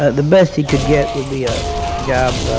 ah the best he could get would be a job,